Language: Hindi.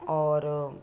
और